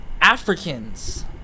Africans